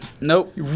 Nope